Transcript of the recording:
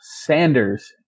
Sanders